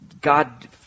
God